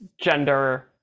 gender